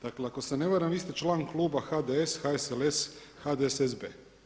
Dakle ako se ne varam vi ste član Kluba HDS HSLS, HDSSB.